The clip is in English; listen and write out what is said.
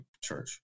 church